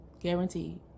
Guaranteed